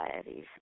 societies